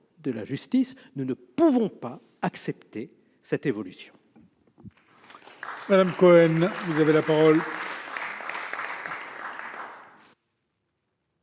de la justice, nous ne pouvons pas accepter cette évolution.